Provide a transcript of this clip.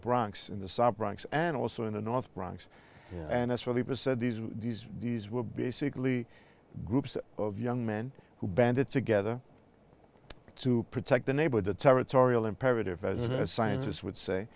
bronx in the south bronx and also in the north bronx and that's really present these these these were basically groups of young men who banded together to protect the neighbor the territorial imperative as a scientist would say